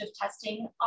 testing